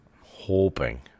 hoping